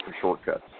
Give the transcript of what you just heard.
shortcuts